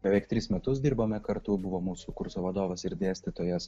beveik tris metus dirbome kartu buvo mūsų kurso vadovas ir dėstytojas